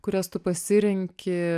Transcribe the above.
kurias tu pasirenki